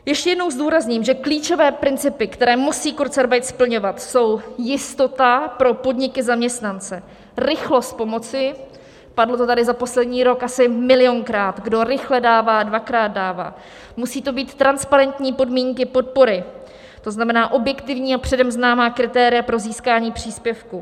Ještě jednou zdůrazním, že klíčové principy, které musí kurzarbeit splňovat, jsou jistota pro podniky, zaměstnance, rychlost pomoci padlo to tady za poslední rok asi milionkrát: kdo rychle dává, dvakrát dává musí to být transparentní podmínky podpory, to znamená, objektivní a předem známá kritéria pro získání příspěvku.